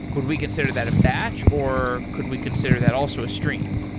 would we consider that a batch or could we consider that also a stream?